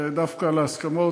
ודווקא על ההסכמות,